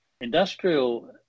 Industrial